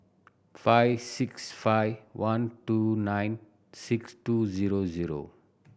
five six five one two nine six two zero zero